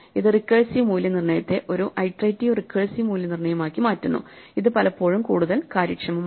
ഇത് റിക്കേഴ്സീവ് മൂല്യനിർണ്ണയത്തെ ഒരു ഐട്രേറ്റിവ് റിക്കേഴ്സീവ് മൂല്യനിർണ്ണയമാക്കി മാറ്റുന്നു ഇത് പലപ്പോഴും കൂടുതൽ കാര്യക്ഷമമാണ്